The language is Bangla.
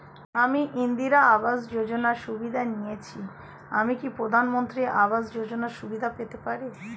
আমি ইন্দিরা আবাস যোজনার সুবিধা নেয়েছি আমি কি প্রধানমন্ত্রী আবাস যোজনা সুবিধা পেতে পারি?